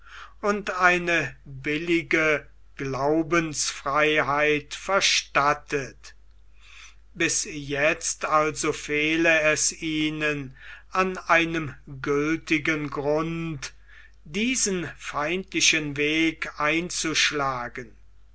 und eine billige glaubensfreiheit verstattet bis jetzt also fehle es ihnen an einem gültigen grund diesen feindlichen weg einzuschlagen